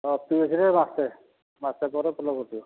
ସେ ଅତି ବେଶୀରେ ମାସେ ମାସେ ପରେ ଫୁଲ ଫୁଟିବ